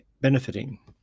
benefiting